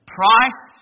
price